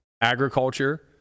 agriculture